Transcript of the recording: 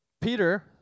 Peter